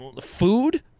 food